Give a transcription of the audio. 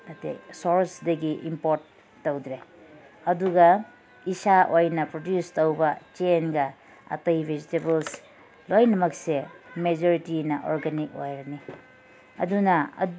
ꯑꯇꯩ ꯁꯣꯔꯁꯇꯒꯤ ꯏꯝꯄꯣꯔꯠ ꯇꯧꯗ꯭ꯔꯦ ꯑꯗꯨꯒ ꯏꯁꯥ ꯑꯣꯏꯅ ꯄ꯭ꯔꯗ꯭ꯌꯨꯖ ꯇꯧꯕ ꯆꯦꯡꯒ ꯑꯇꯩ ꯕꯦꯖꯤꯇꯦꯕꯜꯁ ꯂꯣꯏꯅꯃꯛꯁꯦ ꯃꯦꯖꯣꯔꯤꯇꯤꯅ ꯑꯣꯔꯒꯥꯅꯤꯛ ꯑꯣꯏꯔꯅꯤ ꯑꯗꯨꯅ